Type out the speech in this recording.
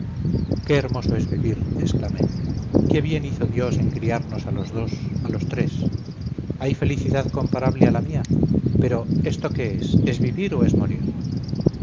qué hermoso es vivir exclamé qué bien hizo dios en criarnos a los dos a los tres hay felicidad comparable a la mía pero esto qué es es vivir o es morir